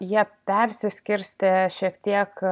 jie persiskirstė šiek tiek